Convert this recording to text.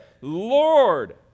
Lord